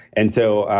and so,